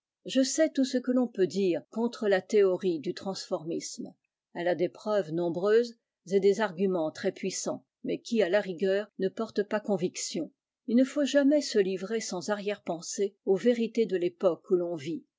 je sais tout ce que l'on peut dire contre la théorie du transformisme elle a des preuves nombreuses et des arguments très puissants mais qui à la rigueur ne portent pas conviction il ne faut jamais se livrer sans arrièrepensée aux vérités de l'époque où ton vit